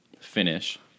finish